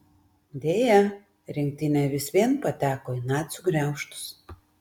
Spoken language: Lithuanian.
deja rinktinė vis vien pateko į nacių gniaužtus